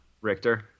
Richter